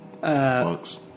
Bucks